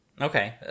okay